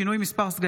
שינוי מספרי סגנים),